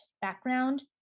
background